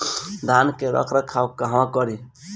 धान के रख रखाव कहवा करी?